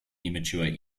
immature